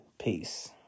Peace